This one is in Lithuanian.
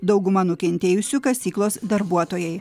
dauguma nukentėjusių kasyklos darbuotojai